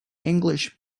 english